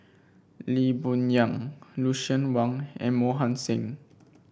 Lee Boon Yang Lucien Wang and Mohan Singh